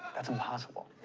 that's impossible.